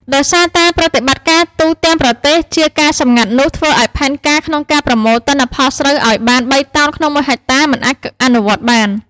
ដោយសារតែប្រតិបត្តិការទូទាំងប្រទេសជាការសម្ងាត់នោះ ធ្វើឱ្យផែនការក្នុងការប្រមូលទិន្នផលស្រូវឱ្យបាន បីតោនក្នុងមួយហិកតាមិនអាចអនុវត្តបាន។